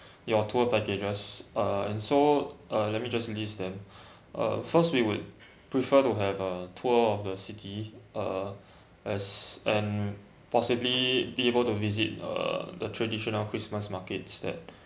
your tour packages uh and so uh let me just list them uh first we would prefer to have a tour of the city uh as and possibly be able to visit uh the traditional christmas markets that